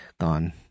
gone